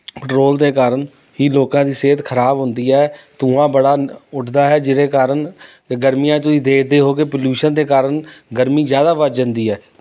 petrol ਦੇ ਕਾਰਨ ਹੀ ਲੋਕਾਂ ਦੀ ਸਿਹਤ ਖਰਾਬ ਹੁੰਦੀ ਹੈ ਧੂੰਆਂ ਬੜਾ ਉੱਡਦਾ ਹੈ ਜਿਹਦੇ ਕਾਰਨ ਗਰਮੀਆਂ 'ਚ ਤੁਸੀਂ ਦੇਖਦੇ ਹੋ ਕਿ ਪੋਲਿਊਸ਼ਨ ਦੇ ਕਾਰਨ ਗਰਮੀ ਜ਼ਿਆਦਾ ਵੱਧ ਜਾਂਦੀ ਹੈ